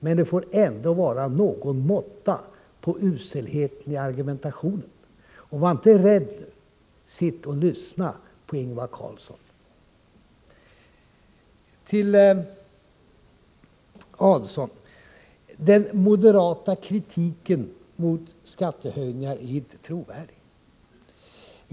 Men det får ändå vara någon måtta på uselheten i argumentationen. Och var inte rädd — sitt och lyssna på Ingvar Carlsson! Till Adelsohn: Den moderata kritiken mot skattehöjningar är inte trovärdig.